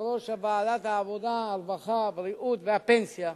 יושב-ראש ועדת העבודה, הרווחה, הבריאות והפנסיה,